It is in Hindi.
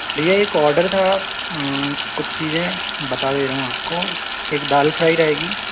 भैया एक ऑर्डर था कुछ चीज़ें बता दे रहा हूँ आपको एक दाल फ़्राई रहेगी